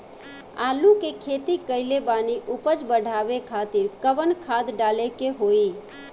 आलू के खेती कइले बानी उपज बढ़ावे खातिर कवन खाद डाले के होई?